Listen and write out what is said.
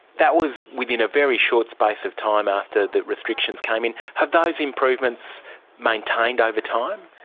that was within a very short space of time after the restrictions came in. have those improvements maintained over time?